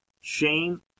Shame